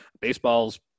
Baseball's